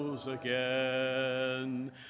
again